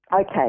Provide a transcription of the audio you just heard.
okay